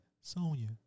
Sonya